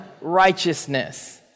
righteousness